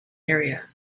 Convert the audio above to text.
area